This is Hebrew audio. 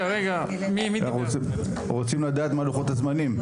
אנחנו רוצים לדעת מה לוחות הזמנים.